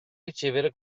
ricevere